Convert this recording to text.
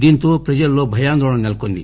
దీంతో ప్రజల్లో భయాందోళన నెలకొంది